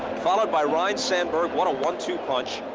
followed by ryne sandberg. what a one-two punch.